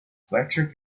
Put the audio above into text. fletcher